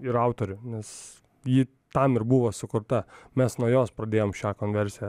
ir autorių nes ji tam ir buvo sukurta mes nuo jos pradėjom šią konversiją